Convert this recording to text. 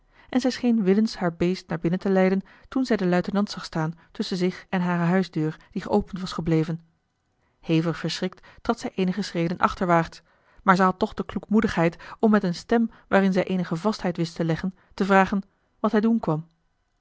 en zij scheen willens haar beest naar binnen te leiden toen zij den luitenant zag staan tusschen zich en hare huisdeur die geopend was gebleven hevig verschrikt trad zij eenige schreden achterwaarts maar zij had toch de kloekmoedigheid om met eene stem waarin zij eenige vastheid wist te leggen te vragen wat hij doen kwam